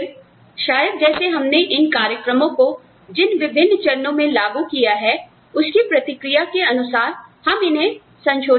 और फिर शायद जैसे हमने इन कार्यक्रमों को जिन विभिन्न चरणों में लागू किया है उसकी प्रतिक्रिया के अनुसार हम इन्हें संशोधित करें